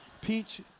peach